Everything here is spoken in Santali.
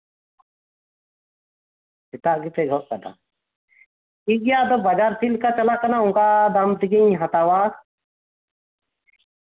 ᱥᱮᱛᱟᱜ ᱜᱮᱯᱮ ᱜᱚᱫᱽ ᱟᱠᱟᱫᱟ ᱴᱷᱤᱠᱜᱮᱭᱟ ᱵᱟᱡᱟᱨ ᱪᱮᱫᱞᱮᱠᱟ ᱪᱟᱞᱟᱜ ᱠᱟᱱᱟ ᱟᱫᱚ ᱚᱱᱠᱟ ᱫᱟᱢ ᱛᱮᱜᱮᱧ ᱦᱟᱛᱟᱣᱟ